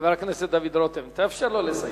חבר הכנסת דוד רותם, תאפשר לו לסיים.